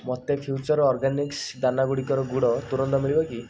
ମୋତେ future organics ଦାନାଗୁଡ଼ିକର ଗୁଡ଼ ତୁରନ୍ତ ମିଳିବ କି